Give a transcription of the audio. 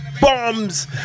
bombs